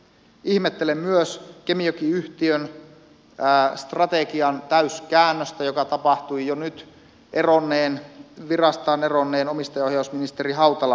ihmettelen myös kemijoki yhtiön strategian täyskäännöstä joka tapahtui jo virastaan nyt eronneen omistajaohjausministeri hautalan aikana